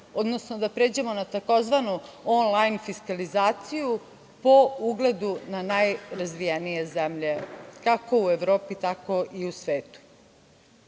odnosno da pređemo na tzv. on lajn fiskalizaciju po ugledu na najrazvijenije zemlje kako u Evropi, tako i u svetu. Ono